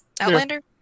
Outlander